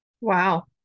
Wow